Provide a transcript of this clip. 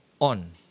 on